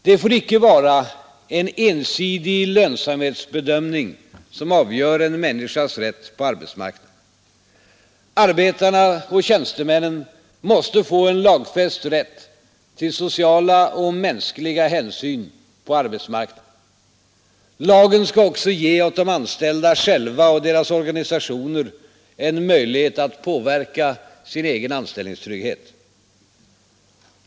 Det får icke vara en ensidig lönsamhetsbedömning som avgör en människas rätt på arbetsmarknaden. Arbetarna och tjänstemännen måste få en lagfäst rätt till sociala och mänskliga hänsyn på arbetsmarknaden. Lagen skall också ge åt de anställda själva och deras organisationer en möjlighet att påverka sin egen anställningstrygghet.